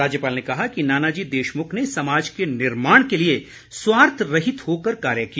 राज्यपाल ने कहा कि नानाजी देशमुख ने समाज के निर्माण के लिए स्वार्थ रहित होकर कार्य किया